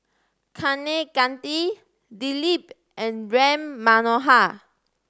Kaneganti Dilip and Ram Manohar